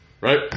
Right